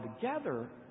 together